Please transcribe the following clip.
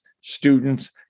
students